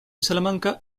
salamanca